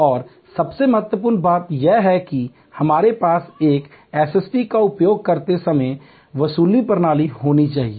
और सबसे महत्वपूर्ण बात यह है कि हमारे पास एक एसएसटी का उपयोग करते समय वसूली प्रणाली होनी चाहिए